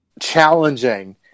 challenging